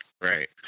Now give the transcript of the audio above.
right